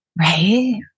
Right